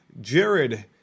jared